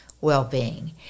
well-being